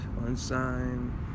Unsigned